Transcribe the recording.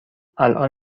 الان